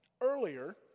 Earlier